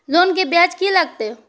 Loan के ब्याज की लागते?